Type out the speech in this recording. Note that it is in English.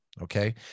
Okay